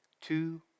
two